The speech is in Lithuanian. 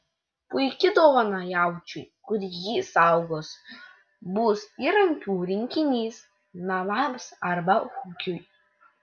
puiki dovana jaučiui kuri jį saugos bus įrankių rinkinys namams arba ūkiui